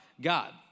God